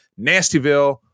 Nastyville